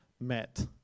met